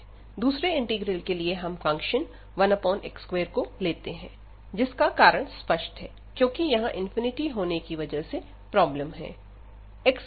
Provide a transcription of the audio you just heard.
दूसरे इंटीग्रल के लिए हम फंक्शन 1x2 को लेते हैं जिसका कारण स्पष्ट है क्योंकि यहां होने की वजह से प्रॉब्लम है